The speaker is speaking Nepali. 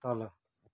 तल